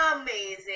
amazing